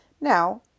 Now